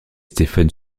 stephen